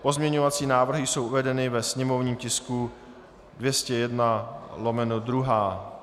Pozměňovací návrhy jsou uvedeny ve sněmovním tisku 201/2.